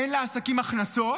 אין לעסקים הכנסות